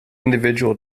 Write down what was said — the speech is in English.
individual